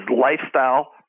lifestyle